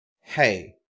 Hey